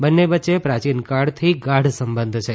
બંને વચ્ચે પ્રાચીનકાળથી ગાઢ સંબંધ છે